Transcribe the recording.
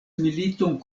militon